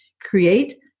create